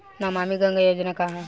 नमामि गंगा योजना का ह?